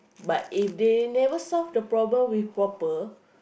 but if they never solve the problem with proper